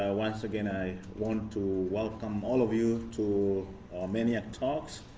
ah once again, i want to welcome all of you to maniac talks.